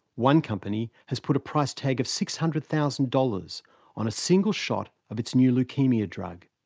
one company has put a price tag of six hundred thousand dollars on a single shot of its new leukaemia drug.